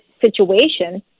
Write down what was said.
situation